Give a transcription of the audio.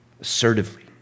Assertively